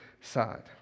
side